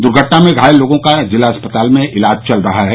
दुर्घटना में घायल लोगों का जिला अस्पताल में इलाज चल रहा है